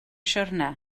siwrne